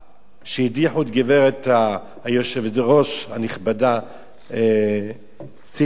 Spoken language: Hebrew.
כשהדיחו את הגברת היושבת-ראש הנכבדה ציפי לבני.